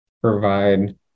provide